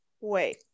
wait